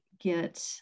get